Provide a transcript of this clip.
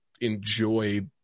enjoy